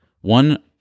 One